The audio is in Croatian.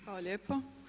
Hvala lijepo.